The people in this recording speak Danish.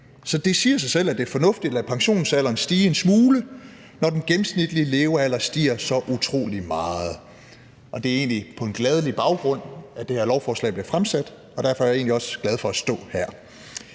Så det siger jo sig selv, at det er fornuftigt at lade pensionsalderen stige en smule, når den gennemsnitlige levealder stiger så utrolig meget. Så det er egentlig på en glædelig baggrund, at det her lovforslag bliver fremsat, og derfor er jeg egentlig også glad for at stå her,